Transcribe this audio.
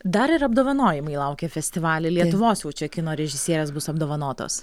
dar ir apdovanojimai laukia festivaly lietuvos jau čia kino režisierės bus apdovanotos